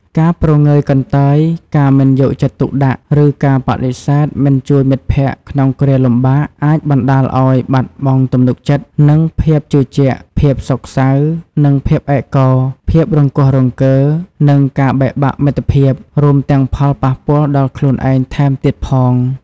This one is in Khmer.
ការព្រងើយកន្តើយ ការមិនយកចិត្តទុកដាក់ ឬការបដិសេធមិនជួយមិត្តភក្តិក្នុងគ្រាលំបាក អាចបណ្តាលឲ្យ បាត់បង់ទំនុកចិត្ត និងភាពជឿជាក់ ភាពសោកសៅ និងភាពឯកោ ភាពរង្គោះរង្គើ និងការបែកបាក់មិត្តភាព រួមទាំងផលប៉ះពាល់ដល់ខ្លួនឯងថែមទៀតផង។